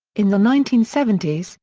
in the nineteen seventy s,